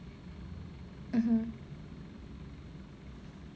mmhmm